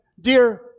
Dear